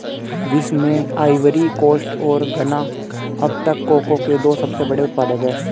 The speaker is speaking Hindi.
विश्व में आइवरी कोस्ट और घना अब तक कोको के दो सबसे बड़े उत्पादक है